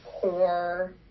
core